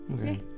Okay